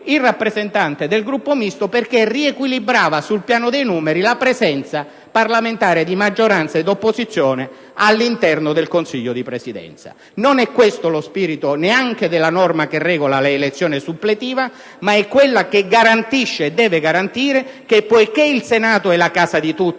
il rappresentante del Gruppo Misto, perché riequilibrava sul piano dei numeri la presenza parlamentare di maggioranza e di opposizione all'interno del Consiglio di Presidenza. Questo non è nemmeno lo spirito della norma che regola l'elezione suppletiva, ma è quello che garantisce - e deve garantire - che, poiché il Senato e l'Assemblea